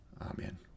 Amen